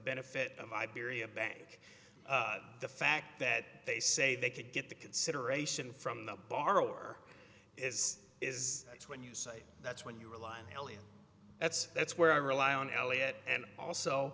benefit of iberia bank the fact that they say they could get the consideration from the borrower is is when you say that's when you realize that's that's where i rely on eliot and also